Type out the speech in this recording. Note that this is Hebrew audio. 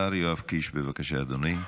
השר יואב קיש, בבקשה, אדוני.